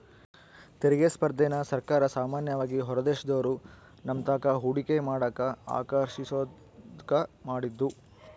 ತೆರಿಗೆ ಸ್ಪರ್ಧೆನ ಸರ್ಕಾರ ಸಾಮಾನ್ಯವಾಗಿ ಹೊರದೇಶದೋರು ನಮ್ತಾಕ ಹೂಡಿಕೆ ಮಾಡಕ ಆಕರ್ಷಿಸೋದ್ಕ ಮಾಡಿದ್ದು